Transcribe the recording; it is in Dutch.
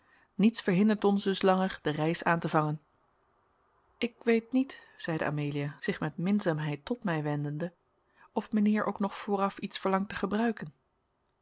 niets verhindert ons dus langer de reis aan te vangen ik weet niet zeide amelia zich met minzaamheid tot mij wendende of mijnheer ook nog vooraf iets verlangt te gebruiken